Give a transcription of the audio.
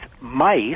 mice